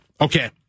okay